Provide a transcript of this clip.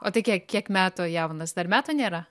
o tai kiek kiek metų jaunas dar metų nėra